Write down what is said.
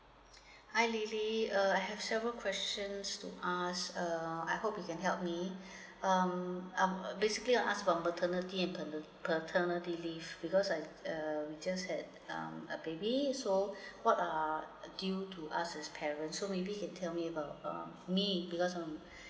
hi lily uh I have several question to ask uh I hope you can help me um um basically I ask for maternity the pater~ paternity leave because I um just have uh a baby so what uh due to us is parent so maybe you can tell me about um me because um